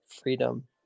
freedom